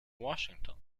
washington